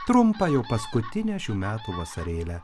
trumpą jau paskutinę šių metų vasarėlę